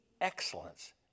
excellence